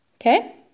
Okay